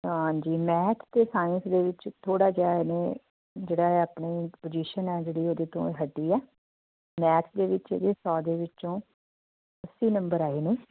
ਹਾਂਜੀ ਮੈਥ ਅਤੇ ਸਾਇੰਸ ਦੇ ਵਿੱਚ ਥੋੜ੍ਹਾ ਜਿਹਾ ਇਹਨੇ ਜਿਹੜਾ ਹੈ ਆਪਣੇ ਇੱਕ ਪੁਜੀਸ਼ਨ ਹੈ ਜਿਹੜੀ ਉਹਦੇ ਤੋਂ ਹਟੀ ਹੈ ਮੈਥ ਦੇ ਵਿੱਚ ਇਹਦੇ ਸੌ ਦੇ ਵਿੱਚੋਂ ਅੱਸੀ ਨੰਬਰ ਆਏ ਨੇ